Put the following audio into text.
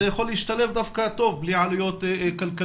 אז זה יכול להשתלב דווקא טוב בלי עלויות כלכליות.